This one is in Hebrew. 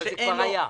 אבל זה כבר היה.